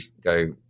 go